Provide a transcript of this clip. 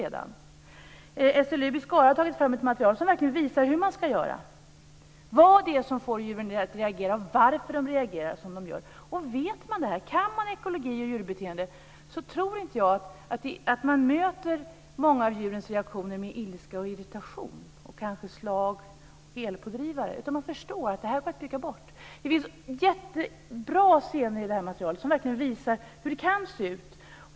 SLU i Skara har tagit fram ett material som verkligen visar hur man ska göra, vad det är som får djur att reagera och varför de reagerar som de gör. Vet man det här, kan man ekologi och djurbeteende, tror inte jag att man möter många av djurens reaktioner med ilska, irritation och kanske slag och elpådrivare. Då förstår man att det går att bygga bort. Det finns jättebra scener i materialet som verkligen visar hur det kan se ut.